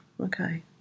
Okay